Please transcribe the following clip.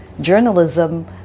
journalism